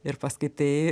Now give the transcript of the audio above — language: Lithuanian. ir paskaitai